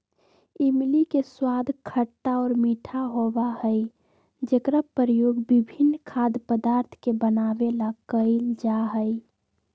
इमली के स्वाद खट्टा और मीठा होबा हई जेकरा प्रयोग विभिन्न खाद्य पदार्थ के बनावे ला कइल जाहई